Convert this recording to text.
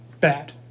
bad